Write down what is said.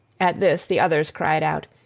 at this the others cried out,